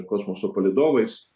kosmoso palydovais